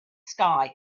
sky